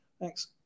Thanks